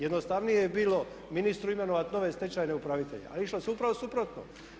Jednostavnije bi bilo ministru imenovati nove stečajne upravitelje, ali išlo se upravo suprotno.